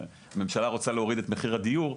הממשלה רוצה להוריד את מחיר הדיור.